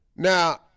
Now